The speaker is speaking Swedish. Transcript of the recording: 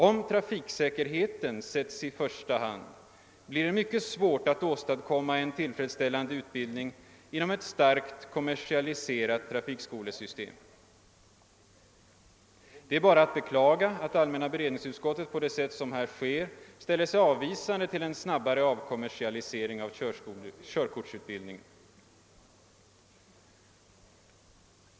Om trafiksäkerheten sätts i första hand blir det mycket svårt att åstadkomma en tillfredsställande utbildning inom ett starkt kommersialiserat trafikskolesystem. Det är bara att beklaga att allmänna beredningsutskottet på sätt som här sker ställer sig avvisande till en snabbare avkommersialisering av körkortsutbildningen.